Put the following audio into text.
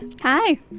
Hi